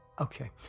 Okay